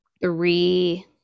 three